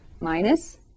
minus